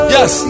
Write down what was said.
Yes